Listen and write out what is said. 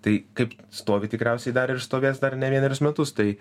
tai kaip stovi tikriausiai dar ir stovės dar ne vienerius metus tai